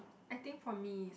I think for me is